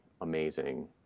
amazing